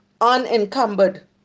unencumbered